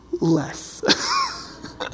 Less